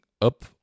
up